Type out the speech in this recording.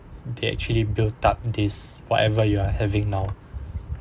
they actually built up this whatever you are having now